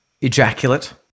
ejaculate